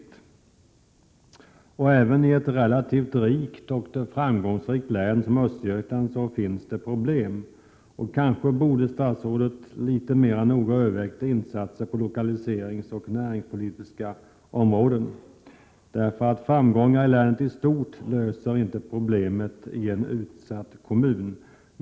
Det finns problem även i ett relativt rikt och framgångsrikt län som Östergötland. Statsrådet borde kanske litet mera noggrant ha övervägt insatser på de lokaliseringspolitiska och näringspolitiska områdena. Framgångar i länet i stort löser inte problemet i en utsatt kommun.